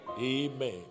amen